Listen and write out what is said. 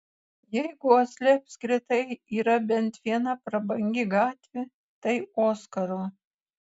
jeigu osle apskritai yra bent viena prabangi gatvė tai oskaro